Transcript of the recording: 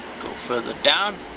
go further down.